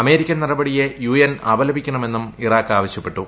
American നടപടിയെ UN അപലപിക്കണമെന്നും Iraq അവശ്യപ്പെട്ടു